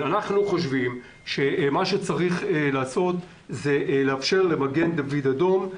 אנחנו חושבים שצריך לאפשר למגן דוד אדום